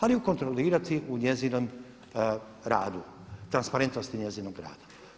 Ali ju kontrolirati u njezinom radu, transparentnosti njezinog rada.